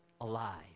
alive